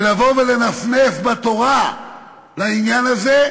ולבוא ולנפנף בתורה לעניין הזה,